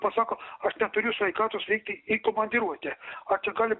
pasako aš neturiu sveikatos vykti į komandiruotę a čia gali